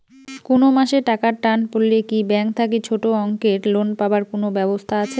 কুনো মাসে টাকার টান পড়লে কি ব্যাংক থাকি ছোটো অঙ্কের লোন পাবার কুনো ব্যাবস্থা আছে?